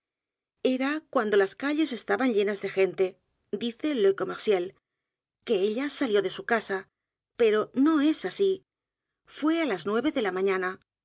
era cuando las calles estaban llenas de gente dice le commerciel que ella salió de su casa pero no es así fué á las nueve de la mañana